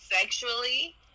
sexually